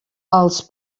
els